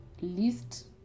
Least